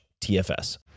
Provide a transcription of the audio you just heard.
tfs